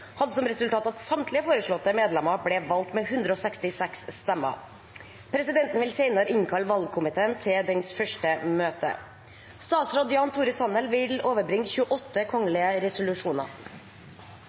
hadde som resultat at samtlige foreslåtte medlemmer ble valgt med 166 stemmer. Presidenten vil senere innkalle valgkomiteen til dens første møte. Statsråd Jan Tore Sanner overbrakte 28